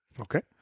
Okay